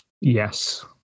Yes